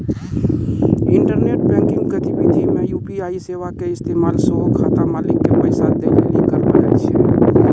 internet banking गतिविधि मे UPI सेबा के इस्तेमाल सेहो खाता मालिको के पैसा दै लेली करलो जाय छै